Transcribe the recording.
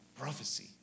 prophecy